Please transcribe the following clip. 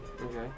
Okay